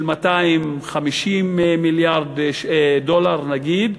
של 250 מיליארד דולר נגיד,